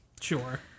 Sure